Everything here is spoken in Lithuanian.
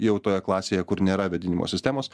jau toje klasėje kur nėra vėdinimo sistemos